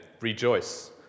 Rejoice